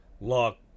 Look